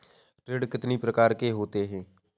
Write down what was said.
ऋण कितनी प्रकार के होते हैं?